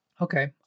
okay